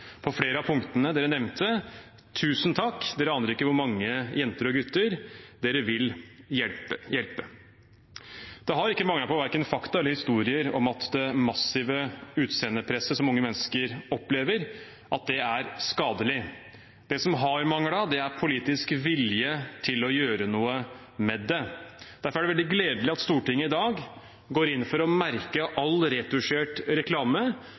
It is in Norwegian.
på flere av punktene dere nevnte. Tusen takk, dere aner ikke hvor mange jenter og gutter dere vil hjelpe. Det har ikke manglet verken på fakta eller historier om at det massive utseendepresset som unge mennesker opplever, er skadelig. Det som har manglet, er politisk vilje til å gjøre noe med det. Derfor er det veldig gledelig at Stortinget i dag går inn for å merke all retusjert reklame.